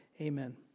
Amen